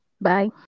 Bye